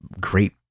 Great